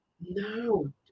No